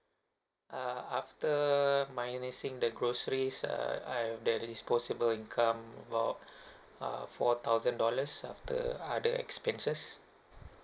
uh after minusing the groceries uh I have the disposable income about uh four thousand dollars after other expenses